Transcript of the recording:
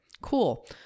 cool